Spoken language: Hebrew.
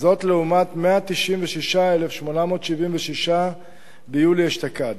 זאת לעומת 196,876 ביולי אשתקד.